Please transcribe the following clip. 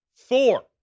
four